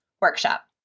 workshop